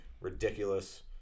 ridiculous